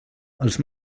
els